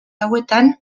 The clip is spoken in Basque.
hauetan